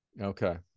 Okay